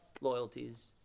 loyalties